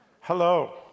Hello